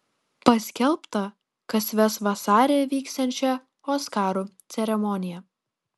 paskelbta kas ves vasarį vyksiančią oskarų ceremoniją